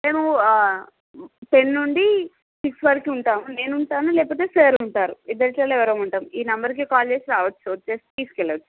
మేము ఆ టెన్ నుండి సిక్స్ వరకు ఉంటాము నేను ఉంటాను లేక పోతే సార్ ఉంటారు ఇద్దరిలో ఎవరోఒకరం ఉంటారు ఈ నెంబర్ కి కాల్ చేసి రావచ్చు వచ్చేసి తీసుకెళ్ళచ్చు